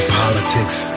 politics